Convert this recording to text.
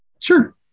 Sure